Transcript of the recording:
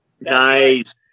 Nice